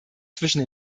zwischen